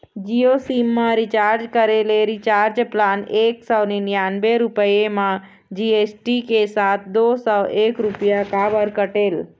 Jio sim मा recharge करे ले रिचार्ज प्लान एक सौ निन्यानबे रुपए मा जी.एस.टी के साथ दो सौ एक रुपया काबर कटेल?